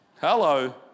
Hello